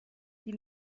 die